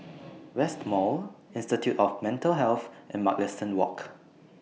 West Mall Institute of Mental Health and Mugliston Walk